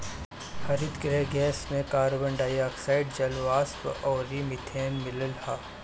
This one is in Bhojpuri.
हरितगृह गैस में कार्बन डाई ऑक्साइड, जलवाष्प अउरी मीथेन मिलल हअ